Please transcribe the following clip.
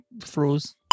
froze